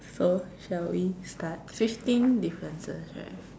so shall we start fifteen differences right